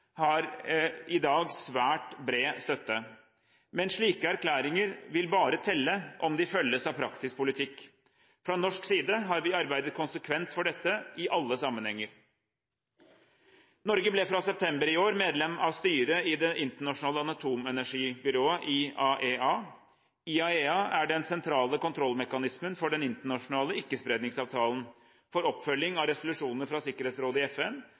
har i dag svært bred støtte. Men slike erklæringer vil bare telle om de følges av praktisk politikk. Fra norsk side har vi arbeidet konsekvent for dette i alle sammenhenger. Norge ble fra i september i år medlem av styret i Det internasjonale atomenergibyrået, IAEA. IAEA er den sentrale kontrollmekanismen for den internasjonale ikke-spredningsavtalen, NPT, for oppfølging av resolusjonene fra Sikkerhetsrådet i FN